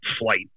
flight